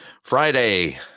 Friday